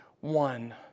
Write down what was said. one